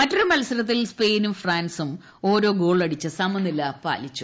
മറ്റൊരു മത്സരത്തിൽ സ്പെയിനും ഫ്രാൻസും ഓരോ ഗോളടിച്ച് സമനില പാലിച്ചു